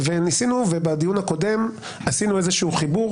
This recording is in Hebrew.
בדיון הקודם עשינו איזשהו חיבור